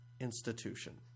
institution